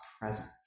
presence